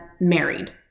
married